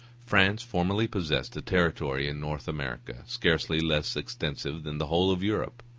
france formerly possessed a territory in north america, scarcely less extensive than the whole of europe.